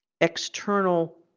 external